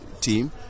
team